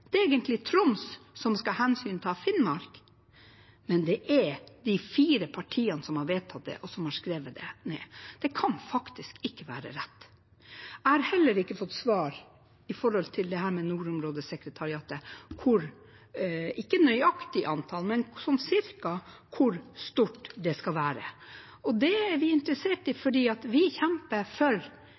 Det er egentlig Troms som skal hensynta Finnmark, men det er de fire partiene som har vedtatt det, og som har skrevet det ned. Det kan faktisk ikke være rett. Jeg har heller ikke fått svar på dette med nordområdesekretariatet, hvor stort – ikke i nøyaktig antall, men cirka – det skal være. Det er vi interessert i fordi vi kjemper for